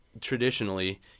Traditionally